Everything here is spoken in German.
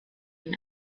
ihn